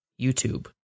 YouTube